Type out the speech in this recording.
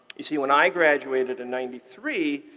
you see when i graduated in ninety three,